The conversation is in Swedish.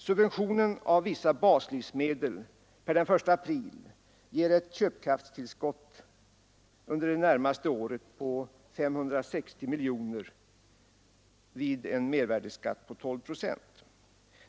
Subventionen av vissa baslivsmedel per den 1 april ger ett köpkraftstillskott under de närmaste tolv månaderna på 560 miljoner vid en mervärdeskatt på 12 procent.